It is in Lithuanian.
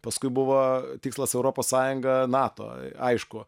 paskui buvo tikslas europos sąjunga nato aišku